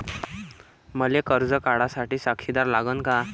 मले कर्ज काढा साठी साक्षीदार लागन का?